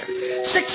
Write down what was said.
Six